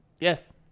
Yes